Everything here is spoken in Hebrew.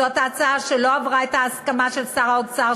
זאת ההצעה שלא עברה את ההסכמה של שר האוצר,